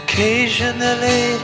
Occasionally